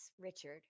Richard